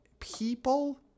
People